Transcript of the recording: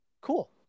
cool